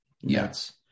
Yes